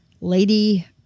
lady